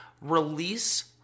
release